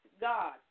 God